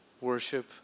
worship